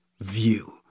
view